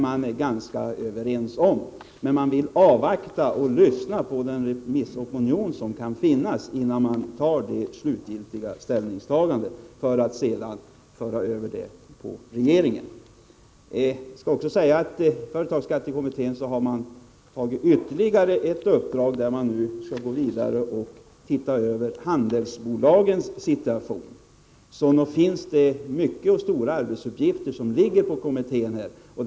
Man vill emellertid avvakta och lyssna på den remissopinion som kan finnas, innan man tar slutlig ställning och sedan för över sitt beslut till regeringen. Företagsskattekommittén har fått ytterligare ett uppdrag. Den skall se över handelsbolagens situation. Så nog har kommittén många och stora arbetsuppgifter.